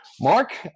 Mark